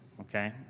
okay